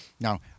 now